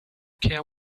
care